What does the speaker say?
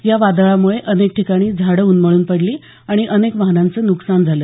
या वादळामुळे अनेक ठिकाणी झाडं उन्मळून पडली आणि अनेक वाहनांचं नुकसान झालं